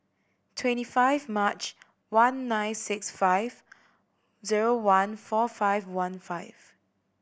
twenty five March one nine six five zero one four five one five